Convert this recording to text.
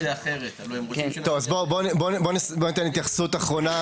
בואו ניתן התייחסות אחרונה